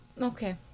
Okay